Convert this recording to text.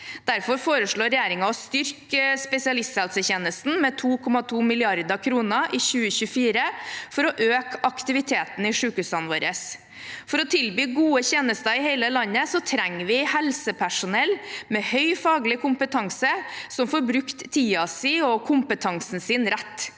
Derfor foreslår regjeringen å styrke spesialisthelsetjenesten med 2,2 mrd. kr i 2024 for å øke aktiviteten i sykehusene våre. For å tilby gode tjenester i hele landet trenger vi helsepersonell med høy faglig kompetanse, som får brukt tiden og kompetansen sin rett.